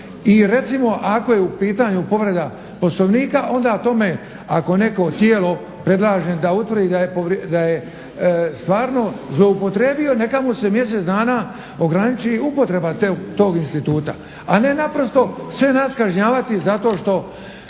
I recimo ako je u pitanju povreda Poslovnika onda o tome ako neko tijelo predlaže da utvrdi da je stvarno zloupotrijebio neka mu se mjesec dana ograniči upotreba tog instituta, a ne naprosto sve nas kažnjavati zato što